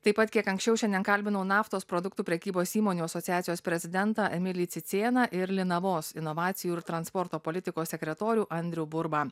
taip pat kiek anksčiau šiandien kalbinau naftos produktų prekybos įmonių asociacijos prezidentą emilį cicėną ir linavos inovacijų ir transporto politikos sekretorių andrių burbą